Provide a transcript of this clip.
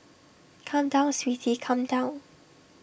come down sweetie come down